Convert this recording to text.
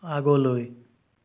আগলৈ